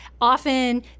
Often